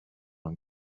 und